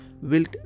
Wilt